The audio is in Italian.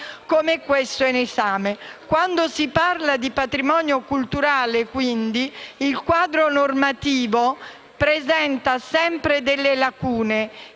come questo in esame. Quando si parla di patrimonio culturale, quindi, il quadro normativo presenta quasi sempre delle lacune